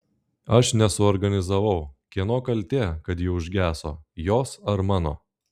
aš nesuorganizavau kieno kaltė kad ji užgeso jos ar mano